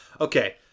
Okay